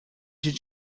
did